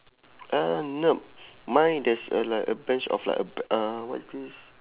uh no mine there's uh like a bench of like a uh what is this